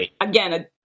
Again